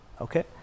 Okay